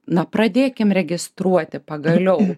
na pradėkim registruoti pagaliau